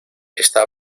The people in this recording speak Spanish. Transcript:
esta